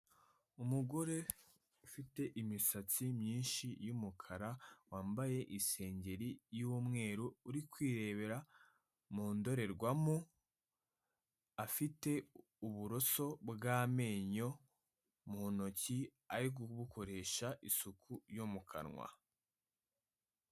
Umugore ufite imisatsi myinshi y'umukara, wambaye isengeri y'umweru, uri kwirebera mu ndorerwamo, afite uburoso bw'amenyo mu ntoki, ari kubukoresha isuku yo mu kanwa.